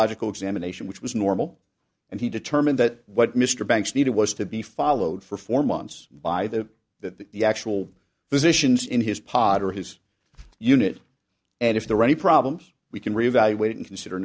logical examination which was normal and he determined that what mr banks needed was to be followed for four months by the that the actual position is in his pod or his unit and if there were any problems we can reevaluate and consider